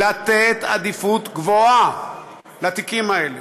לתת עדיפות גבוהה לתיקים האלה,